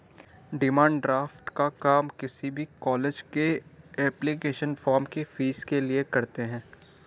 demand draft का काम किसी भी कॉलेज के एप्लीकेशन फॉर्म की फीस के लिए करते है